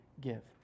give